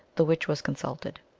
the witch was consulted.